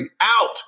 out